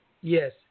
Yes